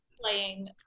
playing